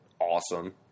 awesome